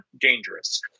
dangerous